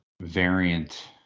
variant